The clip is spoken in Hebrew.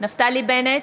נפתלי בנט,